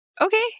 Okay